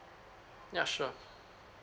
yeah sure